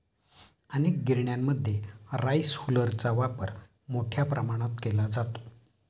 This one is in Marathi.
अनेक गिरण्यांमध्ये राईस हुलरचा वापर मोठ्या प्रमाणावर केला जातो